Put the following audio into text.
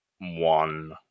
one